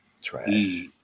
Trash